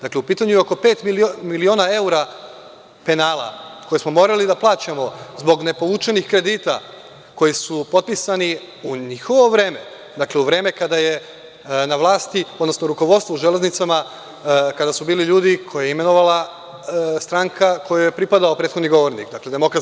Dakle, u pitanju je oko pet miliona evra penala koje smo morali da plaćamo zbog nepovučenih kredita koji su potpisani u njihovo vreme, dakle, u vreme kada su na rukovodstvu u železnicama bili ljudi koje je imenovala stranka kojoj je pripadao prethodni govornik, dakle, DS.